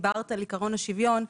דיברת על עיקרון השוויון,